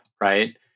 right